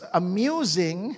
amusing